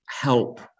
help